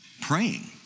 praying